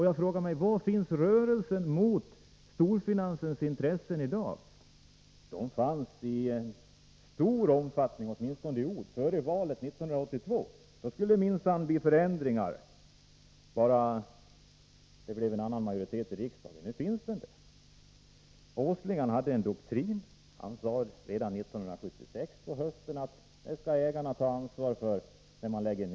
Jag frågar mig: Var finns rörelsen i dag när det gäller att gå emot storfinansens intressen? En sådan inriktning fanns i stor omfattning, åtminstone i ord, före valet 1982. Då skulle det minsann bli förändringar bara man fick en annan majoritet i riksdagen. Nu föreligger denna majoritet. Åsling hade en doktrin. Han sade redan på hösten 1976 att ägarna skall få ta ansvaret för nedläggningar.